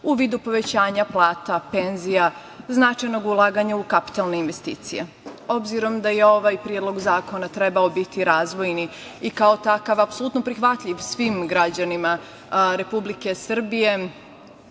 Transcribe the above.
u vidu povećanja plata, penzija, značajnog ulaganja u kapitalne investicije. Obzirom da je ovaj predlog zakon trebao biti razvojni i kao takav apsolutno prihvatljiv svim građanima Republike Srbije,